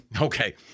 Okay